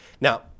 Now